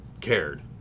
cared